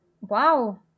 wow